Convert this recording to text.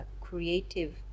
creative